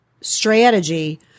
strategy